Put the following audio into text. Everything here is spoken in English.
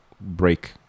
break